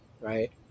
Right